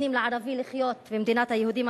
נותנים לערבי לחיות במדינת היהודים.